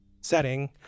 setting